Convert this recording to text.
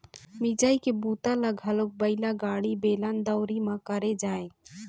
मिंजई के बूता ल घलोक बइला गाड़ी, बेलन, दउंरी म करे जाए